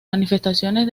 manifestaciones